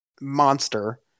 monster